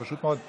פשוט מאוד,